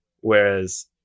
whereas